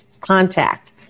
contact